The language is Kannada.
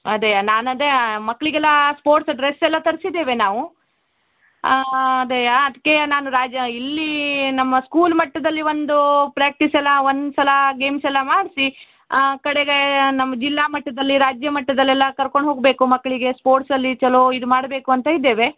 ಅದೆ ನಾನು ಅದೇ ಮಕ್ಳಿಗೆಲ್ಲ ಸ್ಪೋರ್ಟ್ಸ್ ಡ್ರೆಸ್ ಎಲ್ಲ ತರ್ಸಿದ್ದೇವೆ ನಾವು ಅದೇ ಅದ್ಕೆ ನಾನು ರಾಜ ಇಲ್ಲಿ ನಮ್ಮ ಸ್ಕೂಲ್ ಮಟ್ಟದಲ್ಲಿ ಒಂದು ಪ್ರ್ಯಾಕ್ಟೀಸೆಲ್ಲ ಒಂದು ಸಲ ಗೇಮ್ಸೆಲ್ಲ ಮಾಡಿಸಿ ಕಡೆಗೇ ನಮ್ಮ ಜಿಲ್ಲಾ ಮಟ್ಟದಲ್ಲಿ ರಾಜ್ಯ ಮಟ್ಟದಲ್ಲೆಲ್ಲ ಕರ್ಕೊಂಡು ಹೋಗಬೇಕು ಮಕ್ಕಳಿಗೆ ಸ್ಪೋರ್ಟ್ಸಲ್ಲಿ ಚೊಲೋ ಇದು ಮಾಡಬೇಕು ಅಂತ ಇದ್ದೇವೆ